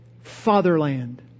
Fatherland